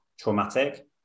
traumatic